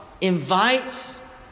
invites